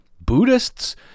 Buddhists